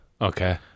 okay